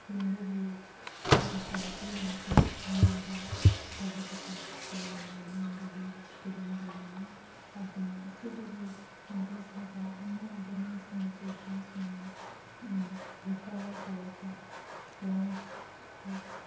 ꯍꯤꯡꯕꯒꯤ ꯆꯥꯟꯁꯁꯦ ꯌꯥꯝꯅꯁꯨ ꯅꯦꯝꯕ ꯐꯕꯒꯤ ꯆꯥꯟꯁꯁꯨ ꯌꯥꯝꯅ ꯅꯦꯝꯕꯒꯤ ꯐꯤꯚꯝꯗ ꯂꯩꯌꯦ ꯑꯗꯨꯅ ꯑꯁꯤꯗꯒꯤ ꯍꯦꯟꯗꯣꯛꯂꯒ ꯑꯅꯥꯕ ꯃꯤꯁꯤꯡꯅ ꯄꯦꯁꯦꯟꯁꯤꯡꯅ ꯔꯤꯀꯕꯔ ꯇꯧꯔꯛꯄ ꯋꯟꯁ ꯀꯣ